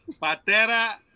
Patera